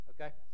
Okay